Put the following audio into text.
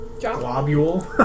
globule